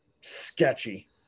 sketchy